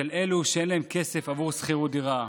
של אלה שאין להם כסף עבור שכירות דירה.